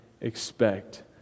expect